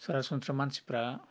सरासनस्रा मानसिफ्रा